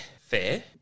fair